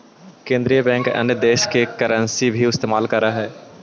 केन्द्रीय बैंक अन्य देश की करन्सी भी इस्तेमाल करअ हई